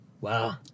Wow